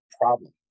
problem